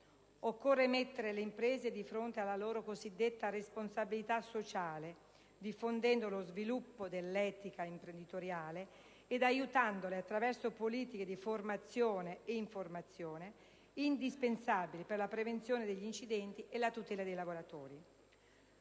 Occorre mettere le imprese di fronte alla loro cosiddetta responsabilità sociale, diffondendo lo sviluppo dell'etica imprenditoriale ed aiutandole attraverso politiche di formazione ed informazione, indispensabili per la prevenzione degli incidenti e la tutela dei lavoratori.